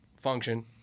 function